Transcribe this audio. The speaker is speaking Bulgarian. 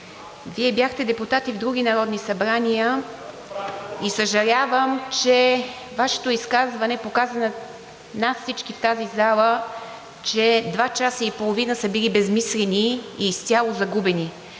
Вие бяхте депутат и в други Народни събрания и съжалявам, че Вашето изказване показа на нас всички в тази зала, че два часа и половина са били безсмислени и изцяло загубени,